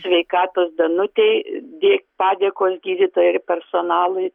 sveikatos danutei ir padėkos gydytojui ir personalui